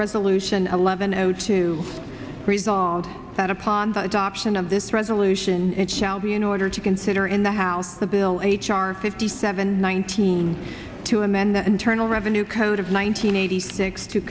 resolution eleven zero to resolve that upon the adoption of this resolution it shall be in order to consider in the house the bill h r fifty seven nineteen to amend the internal revenue code of one hundred eighty six to